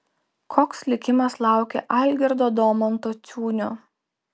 koks likimas laukia algirdo domanto ciūnio